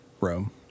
Rome